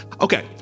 Okay